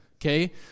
okay